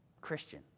Christian